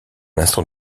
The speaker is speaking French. instant